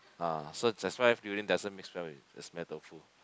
ah so that's why durian doesn't mix well with the smelly tofu